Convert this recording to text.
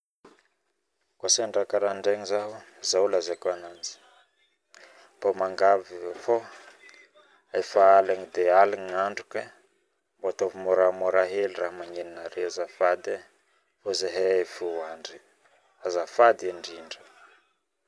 Koa sendra raha karanjegny zaho zao lazaiko ananjy mbao miangavy fao efa aligna dia aligna andro kay mbao ataovo moramora hely raha magnenonareo azafady fao zahay efa hoandry azafady indrindra